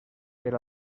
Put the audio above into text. per